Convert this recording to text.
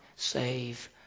Save